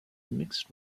mixed